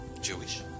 Jewish